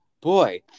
boy